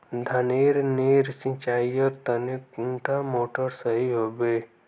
धानेर नेर सिंचाईर तने कुंडा मोटर सही होबे?